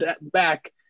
back